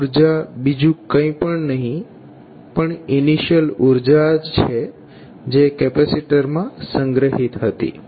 આ ઉર્જા બીજુ કઇ નહી પણ ઇનિશિયલ ઉર્જા છે જે કેપેસીટરમાં સંગ્રહિત હતી